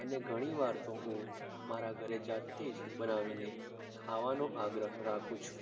ને ઘણી વાર તો હું મારા ઘરે જાતે જ બનાવીને ખાવાનો આગ્રહ રાખું છું